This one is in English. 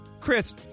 Chris